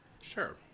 Sure